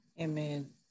Amen